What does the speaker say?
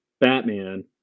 Batman